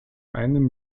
einem